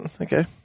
Okay